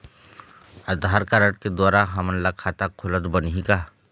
आधार card के द्वारा हमन ला खाता खोलत बनही का?